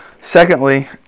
Secondly